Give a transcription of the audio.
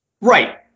Right